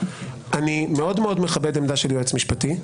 אני מאוד מכבד עמדה של יועץ משפטי.